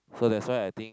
so that's why I think